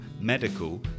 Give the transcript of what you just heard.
medical